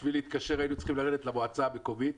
בשביל להתקשר היינו צריכים לרדת למועצה המקומית,